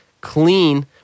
clean